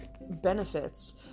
benefits